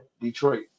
Detroit